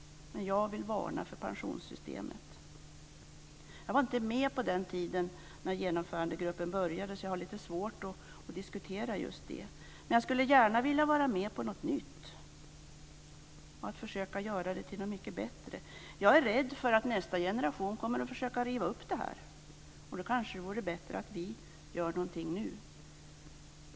Jag vill varna för pensionssystemet. Jag var inte med på den tiden när Genomförandegruppen började sitt arbete. Jag har lite svårt att diskutera just det arbetet. Men jag skulle gärna vilja vara med på något nytt och försöka göra något mycket bättre. Jag är rädd för att nästa generation kommer att försöka riva upp detta. Då kanske det vore bättre att vi gör någonting nu.